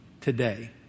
today